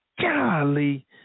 golly